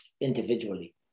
individually